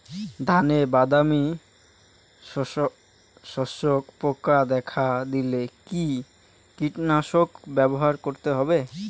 ধানে বাদামি শোষক পোকা দেখা দিলে কি কীটনাশক ব্যবহার করতে হবে?